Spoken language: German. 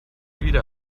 wieder